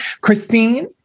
Christine